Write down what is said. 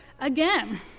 again